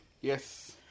Yes